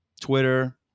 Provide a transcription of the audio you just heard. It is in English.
twitter